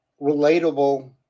relatable